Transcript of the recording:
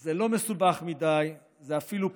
זה לא מסובך מדי, זה אפילו פשוט,